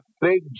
big